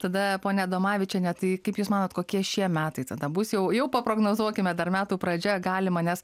tada ponia adomavičiene tai kaip jūs manot kokie šie metai tada bus jau jau paprognozuokime dar metų pradžia galima nes